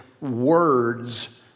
Words